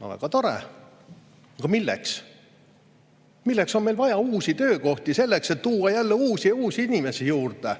Aga milleks? Milleks on meil vaja uusi töökohti? Selleks, et tuua jälle uusi inimesi juurde?